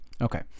Okay